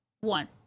one